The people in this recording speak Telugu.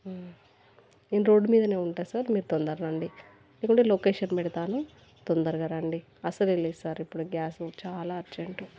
నేను రోడ్డు మీదనే ఉంటా సార్ మీరు తొందర్రండి లేకుంటే లొకేషన్ పెడతాను తొందరగా రండి అసలే లేదు సార్ ఇప్పుడు గ్యాసు చాలా అర్జెంటు